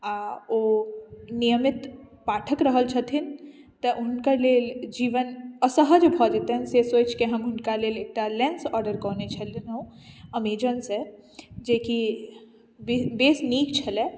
आओर ओ नियमित पाठक रहल छथिन तऽ हुनकर लेल जीवन असहज भऽ जेतनि से सोचिके हम हुनका लेल एकटा लेन्स ऑडर कएने छलिअनि हँ अमेजनसँ जेकि बेस नीक छलै